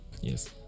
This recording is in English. yes